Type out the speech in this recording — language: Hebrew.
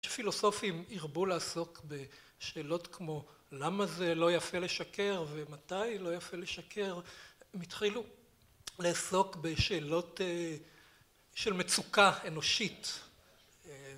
פילוסופים עירבו לעסוק בשאלות כמו למה זה לא יפה לשקר ומתי לא יפה לשקר מתחילו לעסוק בשאלות של מצוקה אנושית